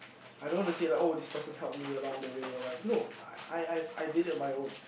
I don't want to say like oh this person help me along the way or whatever no I I've I did it on my own